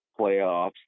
playoffs